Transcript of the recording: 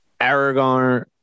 Aragorn